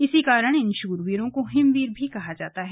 इसी कारण इन शूरवीरों को हिमवीर कहा जाता है